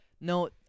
No